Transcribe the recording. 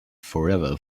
forever